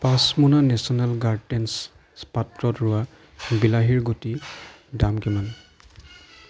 পাঁচ মোনা national gardens পাত্ৰত ৰোৱা বিলাহীৰ গুটিৰ দাম কিমান